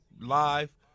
live